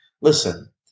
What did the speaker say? listen